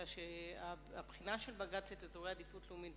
אלא שהבחינה של בג"ץ את אזורי העדיפות הלאומית,